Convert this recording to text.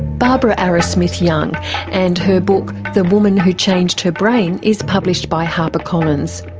barbara arrowsmith-young and her book the woman who changed her brain is published by harper collins.